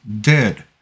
dead